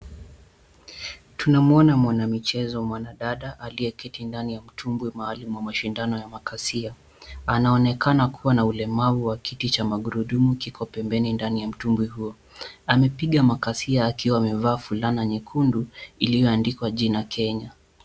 Tunamuona mwanamichezo mwanadada aliyeketi ndani ya mtumbwi maalum ya mashindano ya makasia. Anaonekana kuwa na ulemavu na kiti cha magurudumu kiko pembeni kwenye mtumbwi huu. Amepiga makasia akiwa amevaa fulana nyekundu iliyoandikwa jina Kenya.